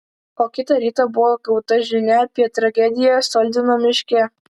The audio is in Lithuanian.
o kitą rytą buvo gauta žinia apie tragediją soldino miške